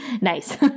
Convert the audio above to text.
nice